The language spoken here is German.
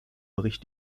bericht